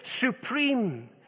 supreme